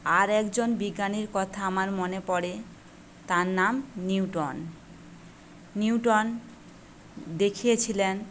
আর একজন বিজ্ঞানীর কথা আমার মনে পড়ে তার নাম নিউটন নিউটন দেখিয়েছিলেন